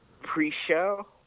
pre-show